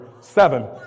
seven